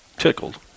Tickled